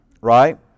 Right